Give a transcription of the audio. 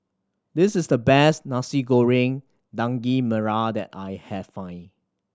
this is the best Nasi Goreng Daging Merah that I have find